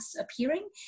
appearing